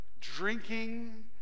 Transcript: drinking